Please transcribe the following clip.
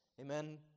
Amen